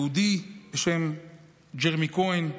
יהודי בשם ג'רמי כהן,